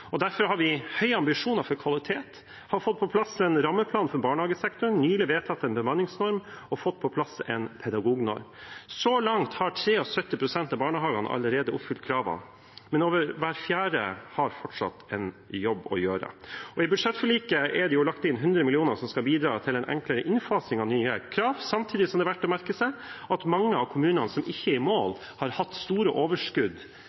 Derfor har vi høye ambisjoner for kvalitet. Vi har fått på plass en rammeplan for barnehagesektoren, vi har nylig vedtatt en bemanningsnorm, og vi har fått på plass en pedagognorm. Så langt har 73 pst. av barnehagene allerede oppfylt kravene, men mer enn hver fjerde har fortsatt en jobb å gjøre. I budsjettforliket er det lagt inn 100 mill. kr som skal bidra til en enklere innfasing av nye krav, samtidig som det er verdt å merke seg at mange av kommunene som ikke er i mål, har hatt store overskudd